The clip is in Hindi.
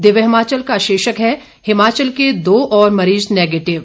दिव्य हिमाचल का शीर्षक है हिमाचल के दो और मरीज नेगेटिव